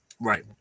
Right